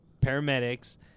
paramedics